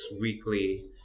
weekly